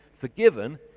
forgiven